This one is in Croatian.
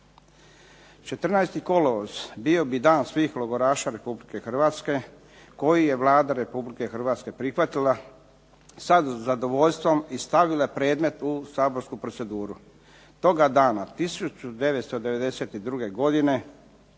14. kolovoz bio bi dan svih logoraša Republike Hrvatske koji je Vlada Republike Hrvatske prihvatila sa zadovoljstvom i stavila predmet u saborsku proceduru. Toga dana 1992. godine